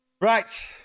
Right